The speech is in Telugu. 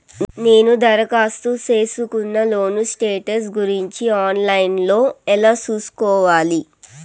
నేను దరఖాస్తు సేసుకున్న లోను స్టేటస్ గురించి ఆన్ లైను లో ఎలా సూసుకోవాలి?